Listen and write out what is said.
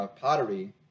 pottery